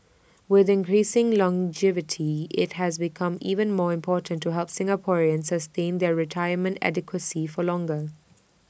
with increasing longevity IT has become even more important to help Singaporeans sustain their retirement adequacy for longer